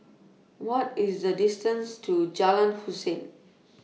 What IS The distance to Jalan Hussein